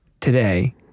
today